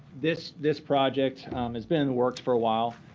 this this project has been worked for a while.